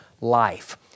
life